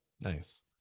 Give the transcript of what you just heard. nice